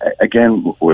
again